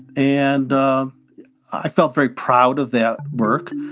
and i felt very proud of that work.